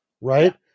right